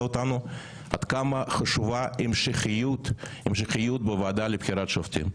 אותנו עד כמה חשובה המשכיות בוועדה לבחירת שופטים.